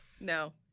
No